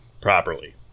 properly